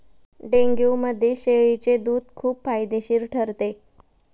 डेंग्यूमध्ये शेळीचे दूध खूप फायदेशीर ठरते